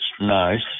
nice